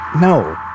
No